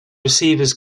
receivers